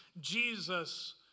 Jesus